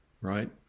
right